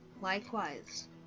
Likewise